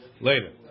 later